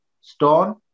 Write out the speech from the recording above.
stone